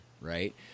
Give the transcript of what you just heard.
right